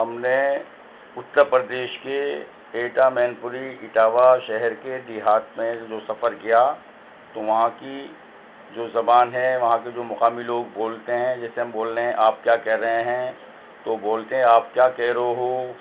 ہم نے اتر پردیش کے ایٹا مین پوری اٹاوہ شہر کے دیہات میں جو سفر کیا تو وہاں کی جو زبان ہے وہاں کے جو مقامی لوگ بولتے ہیں جیسے ہم بول رہے ہیں آپ کیا کہہ رہے ہیں تو وہ بولتے ہیں آپ کیا کہہ رو ہو